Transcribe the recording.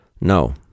No